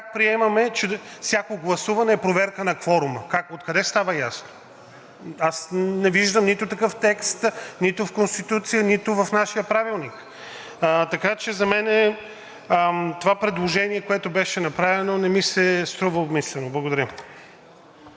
приемаме, че всяко гласуване е проверка на кворума. Как, откъде става ясно? Аз не виждам нито такъв текст – нито в Конституцията, нито в нашия Правилник. Така че за мен това предложение, което беше направено, не ми се струва обмислено. Благодаря.